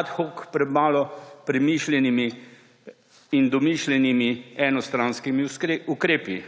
ad hoc premalo premišljenimi in domišljenimi enostranskimi ukrepi.